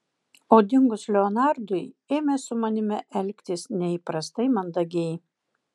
o dingus leonardui ėmė su manimi elgtis neįprastai mandagiai